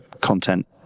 content